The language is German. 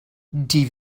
die